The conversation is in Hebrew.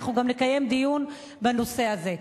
אנחנו נקיים דיון בנושא הזה.